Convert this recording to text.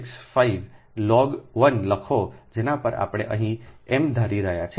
4605 લ 1ગ 1 લખો જેના પર આપણે અહીં M ધારી રહ્યા છીએ કે r 1 બરાબર r 2 બરાબર r છે